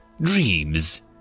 Dreams